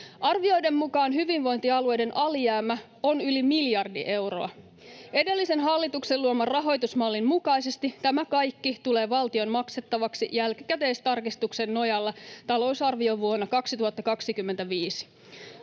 Arvioiden mukaan hyvinvointialueiden alijäämä on yli miljardi euroa. Edellisen hallituksen luoman rahoitusmallin mukaisesti tämä kaikki tulee valtion maksettavaksi jälkikäteistarkistuksen nojalla talousarviovuonna 2025.